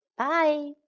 Bye